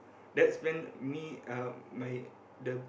that's when me my the